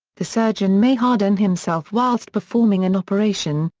the surgeon may harden himself whilst performing an operation,